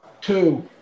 two